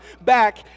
back